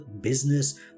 business